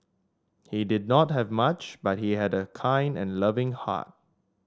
he did not have much but he had a kind and loving heart